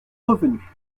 revenu